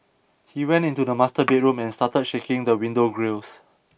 he went to the master bedroom and started shaking the window grilles